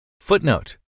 Footnote